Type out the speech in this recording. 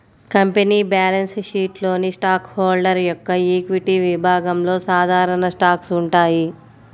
company balance షీట్లోని stockholder equity ఈక్విటీ విభాగంలో సాధారణ స్టాక్స్ ఉంటాయి